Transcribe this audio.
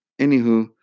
anywho